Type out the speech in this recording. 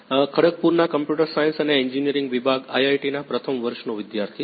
ખરગપુરના computer science અને engineering વિભાગ આઈઆઈટીના પ્રથમ વર્ષનો વિદ્યાર્થી છું